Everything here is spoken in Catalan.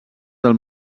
del